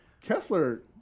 Kessler